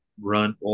run